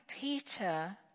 Peter